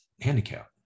handicap